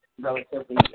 relatively